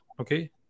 okay